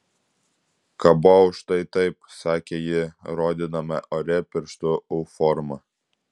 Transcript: kabojau štai taip sakė ji rodydama ore pirštu u formą